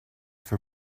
for